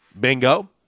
Bingo